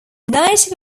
native